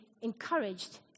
encouraged